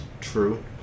True